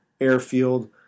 airfield